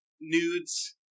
nudes